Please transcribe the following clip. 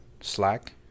slack